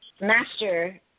master